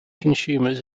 consumers